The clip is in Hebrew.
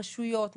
רשויות,